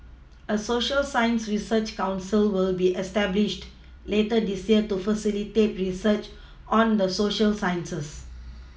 a Social science research council will be established later this year to facilitate research on the Social sciences